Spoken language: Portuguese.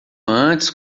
antes